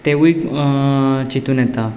तेवूय चिंतून येता